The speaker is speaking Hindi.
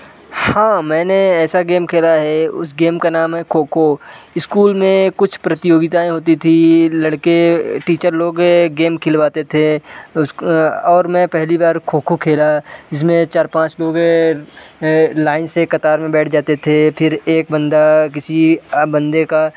हाँ मैंने ऐसा गेम खेला है उस गेम का नाम है खो खो स्कूल में कुछ प्रतियोगिताएँ होती थीं लड़के टीचर लोग गेम खिलवाते थे और मैं पहली बार खो खो खेला जिसमें चार पाँच लोग लाइन से कतार में बैठ जाते थे फिर एक बंदा किसी बंदे का